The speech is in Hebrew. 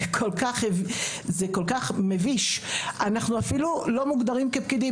זה כל כך מביש, אנחנו אפילו לא מוגדרים כפקידים.